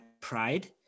pride